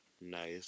Nice